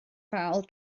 fel